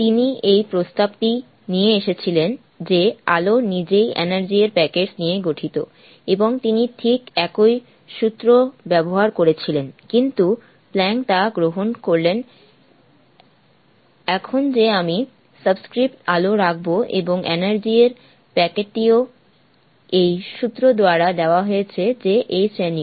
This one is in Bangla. তিনি এই প্রস্তাব টি নিয়ে এসেছিলেন যে আলো নিজেই এনার্জি এর প্যাকেট নিয়ে গঠিত এবং তিনি ঠিক একই সূত্র ব্যবহার করেছিলেন কিন্তু প্ল্যাঙ্ক তা গ্রহণ করলেন এখন যে আমি সাবস্ক্রিপ্ট আলো রাখব এবং এনার্জি এর প্যাকেটটিও এই সূত্র দ্বারা দেওয়া হয়েছে যে h nu